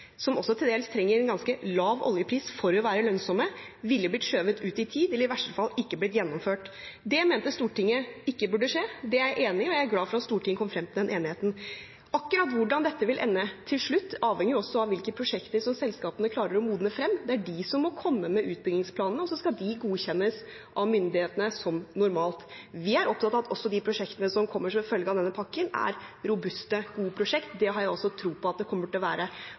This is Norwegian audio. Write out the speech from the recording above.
til dels trenger en ganske lav oljepris for å være lønnsomme, ville blitt skjøvet ut i tid eller i verste fall ikke blitt gjennomført. Det mente Stortinget ikke burde skje. Det er jeg enig i, og jeg er glad for at Stortinget kom frem til den enigheten. Akkurat hvordan dette vil ende til slutt, avhenger også av hvilke prosjekter som selskapene klarer å modne frem. Det er de som må komme med utbyggingsplanene, og så skal de godkjennes av myndighetene, som normalt. Vi er opptatt av at også de prosjektene som kommer som en følge av denne pakken, er robuste, gode prosjekter. Det har jeg tro på at de kommer til være.